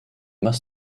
must